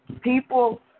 People